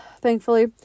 thankfully